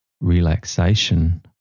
relaxation